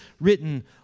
written